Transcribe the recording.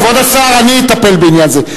כבוד השר, אני אטפל בעניין זה.